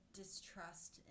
distrust